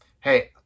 Hey